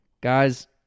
Guys